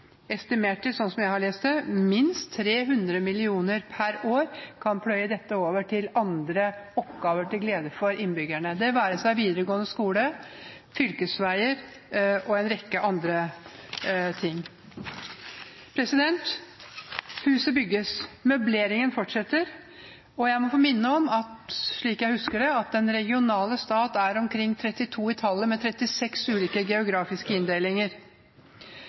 estimert til minst 300 mill. kr per år – som vi kan pløye over til andre oppgaver til glede for innbyggerne, det være seg videregående skole, fylkesveier og en rekke andre ting. Huset bygges. Møbleringen fortsetter. Og jeg må få minne om, slik jeg husker det, at den regionale stat er omkring 32 i tallet med 36 ulike geografiske inndelinger.